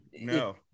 No